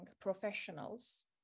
professionals